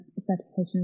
certification